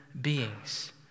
beings